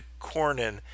Cornyn